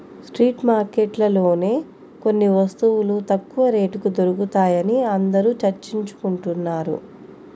street మార్కెట్లలోనే కొన్ని వస్తువులు తక్కువ రేటుకి దొరుకుతాయని అందరూ చర్చించుకుంటున్నారు